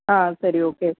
ஆ சரி ஓகே